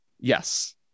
yes